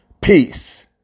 Peace